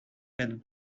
had